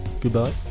Goodbye